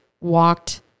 walked